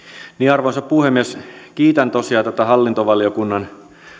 arvoisa puhemies kiitän tosiaan hallintovaliokunnan